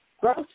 growth